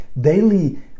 daily